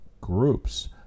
groups